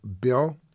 Bill